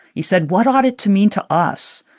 he said, what ought it to mean to us,